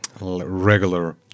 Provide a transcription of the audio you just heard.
regular